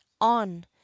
on